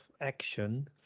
action